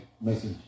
message